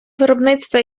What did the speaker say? виробництва